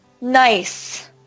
nice